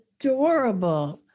adorable